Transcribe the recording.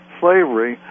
slavery